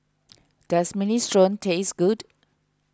does Minestrone taste good